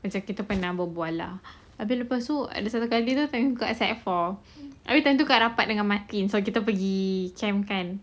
macam kita pernah berbual lah habis lepas tu ada satu kali tu kakak sec four habis masa tu rapat dengan mak kin so kita pergi camp kan